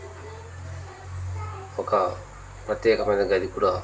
ఒక్క ప్రత్యేకమైన గది కూడా